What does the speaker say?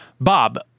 Bob